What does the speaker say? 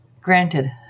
Granted